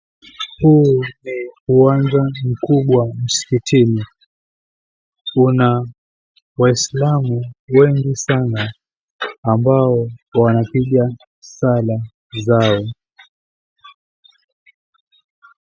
Huu ni uwanja mkubwa wa msikitini. Una waislamu wengi sana ambao wanapiga sala zao.